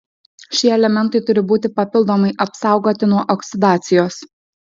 šie elementai turi būti papildomai apsaugoti nuo oksidacijos